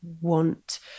want